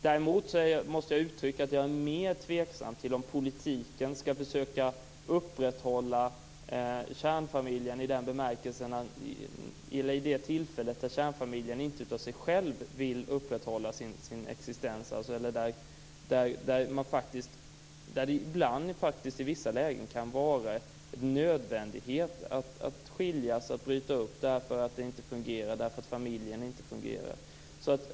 Däremot är jag mer tveksam till om politiken skall försöka upprätthålla kärnfamiljen vid de tillfällen kärnfamiljen inte av sig själv vill upprätthålla sin existens. I vissa lägen kan det vara en nödvändighet att skiljas och bryta upp därför att förhållandet och familjen inte fungerar.